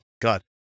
God